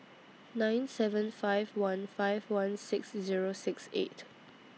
nine seven five one five one six Zero six eight